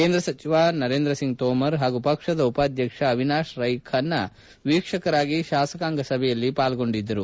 ಕೇಂದ್ರ ಸಚಿವ ನರೇಂದ್ರ ಸಿಂಗ್ ತೋಮರ್ ಹಾಗು ಪಕ್ಷದ ಉಪಾಧ್ಯಕ್ಷ ಅವಿನಾಶ್ ರೈ ಖನ್ನಾ ವೀಕ್ಷಕರಾಗಿ ಶಾಸಕಾಂಗ ಸಭೆಯಲ್ಲಿ ಪಾರ್ಗೊಂಡಿದ್ದರು